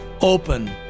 open